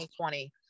2020